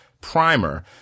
primer